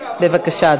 בבקשה,